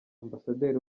ambasaderi